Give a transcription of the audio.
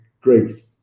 great